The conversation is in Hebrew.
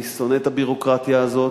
אני שונא את הביורוקרטיה הזאת,